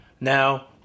Now